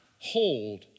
hold